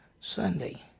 Sunday